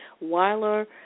Weiler